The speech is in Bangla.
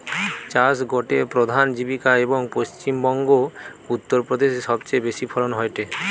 চাষ গটে প্রধান জীবিকা, এবং পশ্চিম বংগো, উত্তর প্রদেশে সবচেয়ে বেশি ফলন হয়টে